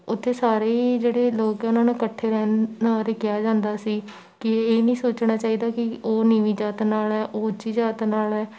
ਉੱਥੇ ਸਾਰੇ ਹੀ ਜਿਹੜੇ ਲੋਕ ਹੈ ਉਹਨਾਂ ਨੂੰ ਇਕੱਠੇ ਰਹਿਣ ਬਾਰੇ ਕਿਹਾ ਜਾਂਦਾ ਸੀ ਕਿ ਇਹ ਨਹੀਂ ਸੋਚਣਾ ਚਾਹੀਦਾ ਕਿ ਉਹ ਨੀਵੀਂ ਜਾਤ ਨਾਲ ਹੈ ਉਹ ਉੱਚੀ ਜਾਤ ਨਾਲ ਹੈ